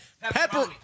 pepper